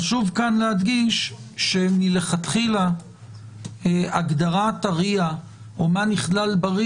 חשוב כאן להדגיש שמלכתחילה הגדרת הרי"ע או מה נכלל בה,